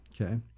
Okay